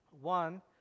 One